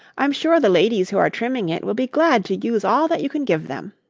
i'm sure the ladies who are trimming it will be glad to use all that you can give them.